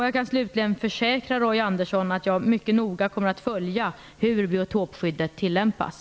Jag kan slutligen försäkra Roy Ottosson om att jag mycket noga kommer att följa hur biotopskyddet tillämpas.